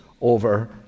over